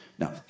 Now